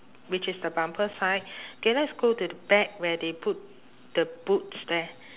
which is the bumper side okay let's go to the back where they put the boots there